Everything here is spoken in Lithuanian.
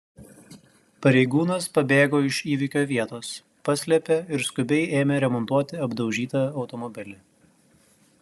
pareigūnas pabėgo iš įvykio vietos paslėpė ir skubiai ėmė remontuoti apdaužytą automobilį